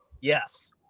Yes